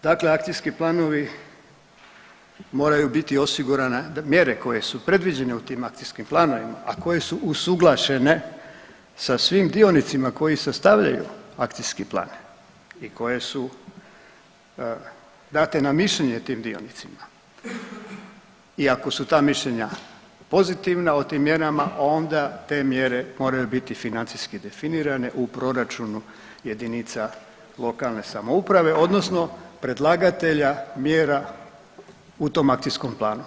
Dakle akcijski planovi moraju biti osigurana mjere koje su predviđene u tim akcijskim planovima, a koje su usuglašene sa svim dionicima koji se sastavljaju akcijski plan, a koje su, date na mišljenje tim dionicima i ako su ta mišljenja pozivna o tim mjerama, onda te mjere moraju biti financijski definirane u proračunu jedinica lokalne samouprave odnosno predlagatelja mjera u tom akcijskom planu.